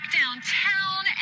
downtown